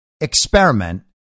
experiment